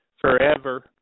forever